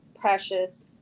Precious